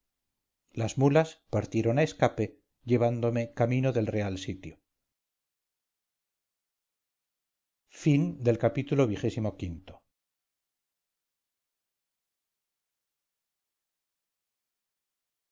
las mulas partieron a escape llevándome camino del real sitio ii